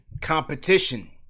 competition